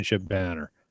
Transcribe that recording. banner